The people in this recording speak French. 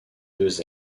deux